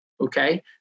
okay